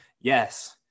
yes